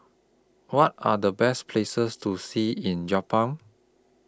What Are The Best Places to See in